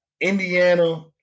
Indiana